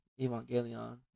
Evangelion